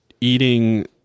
eating